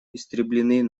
истреблены